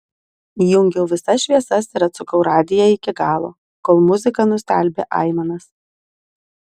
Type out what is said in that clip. įjungiau visas šviesas ir atsukau radiją iki galo kol muzika nustelbė aimanas